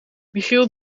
michiel